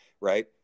right